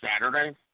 Saturday